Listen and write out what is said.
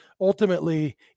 Ultimately